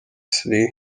sri